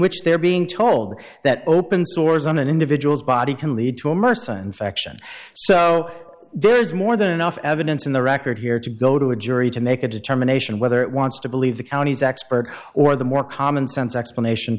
which they're being told that open sores on an individual's body can lead to a merson faction so there is more than enough evidence in the record here to go to a jury to make a determination whether it wants to believe the county's expert or the more common sense explanation